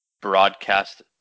broadcast